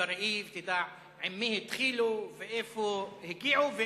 גזענות היא, אבל אנחנו